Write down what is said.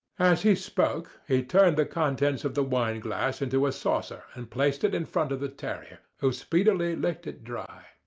as he spoke he turned the contents of the wine glass into a saucer and placed it in front of the terrier, who speedily licked it dry.